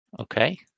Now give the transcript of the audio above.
Okay